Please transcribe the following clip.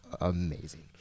amazing